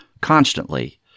constantly